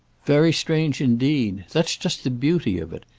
very strange indeed. that's just the beauty of it.